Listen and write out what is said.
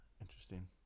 Interesting